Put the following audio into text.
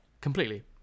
Completely